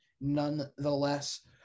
nonetheless